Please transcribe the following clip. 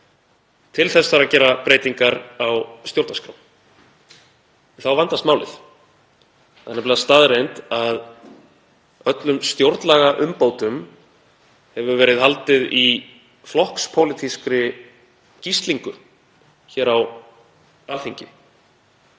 Til þess þarf að gera breytingar á stjórnarskrá en þá vandast málið. Það er nefnilega staðreynd að öllum stjórnlagaumbótum hefur verið haldið í flokkspólitískri gíslingu hér á Alþingi,